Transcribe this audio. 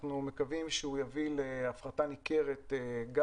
אנחנו מקווים שהוא יביא להפחתה ניכרת גם